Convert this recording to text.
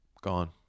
Gone